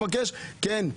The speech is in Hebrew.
כן.